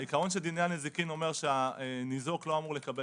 העיקרון של דיני הנזיקין אומר שהניזוק לא אמור לקבל